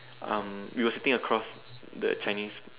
um we were sitting across the Chinese